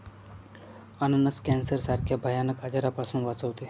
अननस कॅन्सर सारख्या भयानक आजारापासून वाचवते